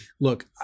Look